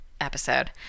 episode